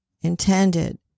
intended